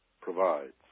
provides